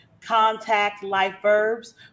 contactlifeverbs